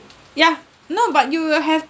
yeah no but you will have